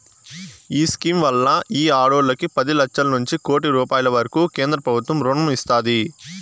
ఈ స్కీమ్ వల్ల ఈ ఆడోల్లకి పది లచ్చలనుంచి కోపి రూపాయిల వరకూ కేంద్రబుత్వం రుణం ఇస్తాది